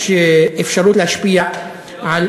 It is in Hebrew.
יש אפשרות להשפיע על,